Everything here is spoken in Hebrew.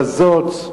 רזות.